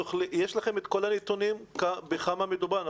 יש לכם את כל הנתונים ואתם יודעים בכמה מדובר?